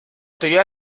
teoría